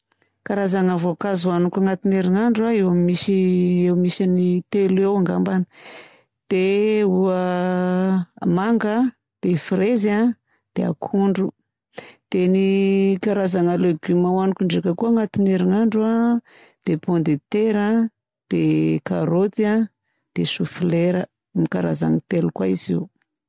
Karazagna voankazo hohaniko agnatin'ny herinandro a eo amin'ny misy, misy telo eo ngambany dia manga a, dia fraise a, dia akondro. Dia ny karazagna légumes hohaniko ndraika koa agnatin'ny herinandro a dia pomme de terre a, dia karaoty a, dia soflera. Karazagny telo koa izy io.